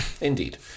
Indeed